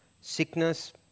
Sickness